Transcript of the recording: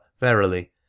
verily